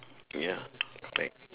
ya like